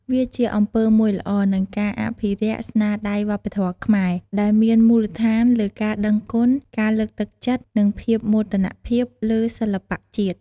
វាជាអំពើមួយល្អ និងការអភិរក្សស្នាមដៃវប្បធម៌ខ្មែរ ដែលមានមូលដ្ឋានលើការដឹងគុណ ការលើកទឹកចិត្ត និងភាពមោទនភាពលើសិល្បៈជាតិ។